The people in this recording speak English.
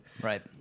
Right